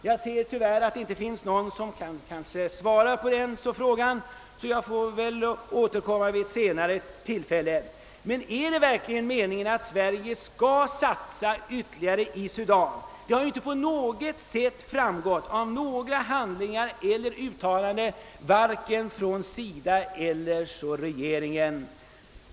Jag ser att det just nu inte finns någon närvarande i denna kammare som kan svara på frågan, och jag får väl därför återkomma till den vid ett senare tillfälle. Men är det verkligen meningen att Sverige skall satsa ytterligare i Sudan? Det har ju inte på något sätt framgått av handlingar eller uttalanden från vare sig SIDA eller regeringen.